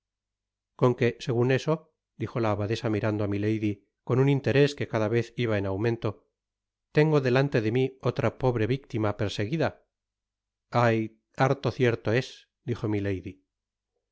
gon que segun eso dijo la abadesa mirando á milady con un interés que cada vez iba en aumeuto tengo delante de mi otra pobre victima perseguida ay harto cierto es dijo milady